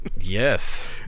Yes